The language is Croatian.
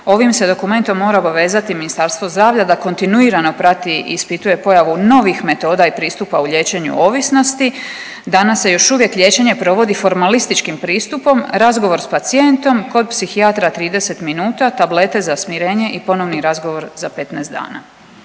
ovim se dokumentom mora obavezati Ministarstvo zdravlja da kontinuirano prati i ispituje pojavu novih metoda i pristupa u liječenju ovisnosti. Danas se još uvijek liječenje provodi formalističkim pristupom, razgovor s pacijentom kod psihijatra 30 minuta, tablete za smirenje i ponovni razgovor za 15 dana.